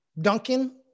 Duncan